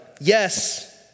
Yes